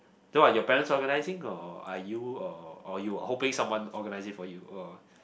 so what your parents organizing or are you or or you all hoping someone organizing for you all